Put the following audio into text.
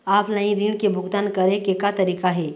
Offline ऋण के भुगतान करे के का तरीका हे?